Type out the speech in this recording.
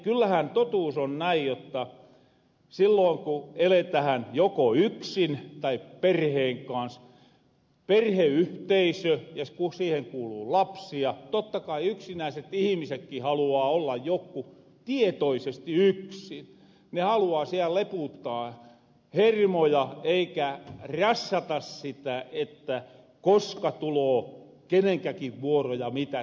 kyllähän totuus on näin jotta silloon ku eletähän joko yksin tai perheen kans perheyhteisö siihen kuuluu lapsia totta kai yksinäiset ihmisetki haluaa olla jotku tietoisesti yksin ne haluaa siel lepuuttaa hermoja eikä rassata sitä koska tuloo kenenkäkin vuoro ja mitä teherä